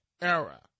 era